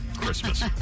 Christmas